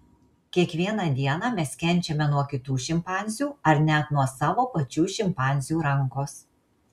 kiekvieną dieną mes kenčiame nuo kitų šimpanzių ar net nuo savo pačių šimpanzių rankos